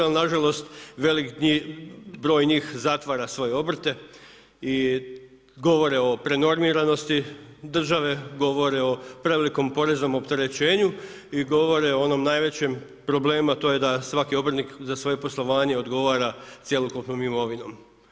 Ali nažalost veliki broj njih zatvara svoje obrte i govore o prenormiranosti države, govore o prevelikom poreznom opterećenju i govore o onom najvećem problemu, a to je da svaki obrtnik za svoje poslovanje odgovara cjelokupnom imovinom.